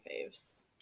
faves